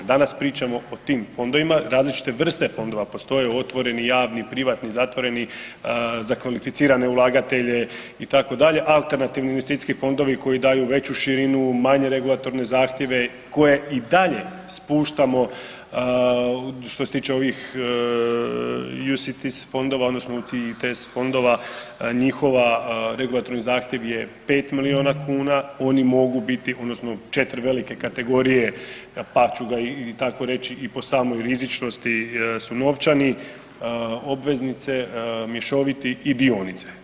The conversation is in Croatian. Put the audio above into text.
Danas pričamo o tim fondovima, različite vrste fondova postoje, otvoreni, javni, privatni, zatvoreni, za kvalificirane ulagatelje itd., alternativni investicijski fondovi koji daju veću širinu, manje regulatorne zahtjeve koje i dalje spuštamo što se tiče ovih jusitis fondova odnosno … [[Govornik se ne razumije]] i test fondova njihov regulativni zahtjev je 5 milijuna kuna, oni mogu biti odnosno 4 velike kategorije, pa ću ga i tako reći i po samoj rizičnosti su novčani, obveznice, mješoviti i dionice.